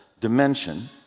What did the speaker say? dimension